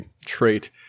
trait